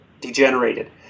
degenerated